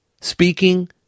speaking